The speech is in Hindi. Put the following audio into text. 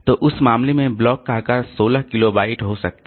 तो उस मामले में ब्लॉक का आकार 16 किलो बाइट हो सकता है